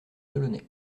delaunay